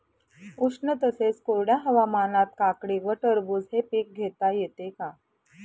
उष्ण तसेच कोरड्या हवामानात काकडी व टरबूज हे पीक घेता येते का?